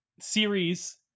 series